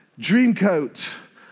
Dreamcoat